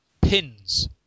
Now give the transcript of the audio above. Pins